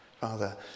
Father